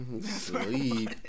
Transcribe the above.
Sleep